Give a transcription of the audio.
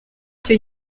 icyo